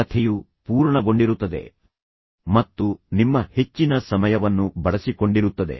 ಇದು ನಿಮ್ಮನ್ನು ಬಹಳ ಬೇಗ ಅಲ್ಲಿಗೆ ಹಿಂತಿರುಗುವಂತೆ ಮತ್ತೆ ಮತ್ತೆ ವ್ಯಸನಕಾರಿ ರೀತಿಯಲ್ಲಿ ಮಾಡುತ್ತದೆ ಮತ್ತು ನಂತರ ನಿಮ್ಮ ಹೆಚ್ಚಿನ ಸಮಯವನ್ನು ಬಳಸಿಕೊಂಡಿರುತ್ತದೆ